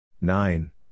Nine